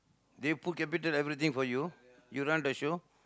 they put capital everything for you you run the show